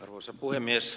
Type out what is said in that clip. arvoisa puhemies